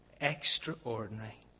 Extraordinary